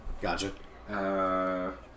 Gotcha